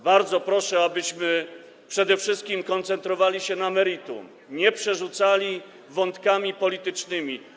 Bardzo proszę, abyśmy przede wszystkim koncentrowali się na meritum, nie przerzucali się wątkami politycznymi.